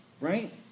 right